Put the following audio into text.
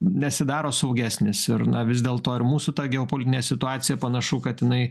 nesidaro saugesnis ir na vis dėlto ir mūsų tą geopolitinė situacija panašu kad jinai